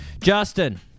Justin